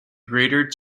greater